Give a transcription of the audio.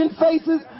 faces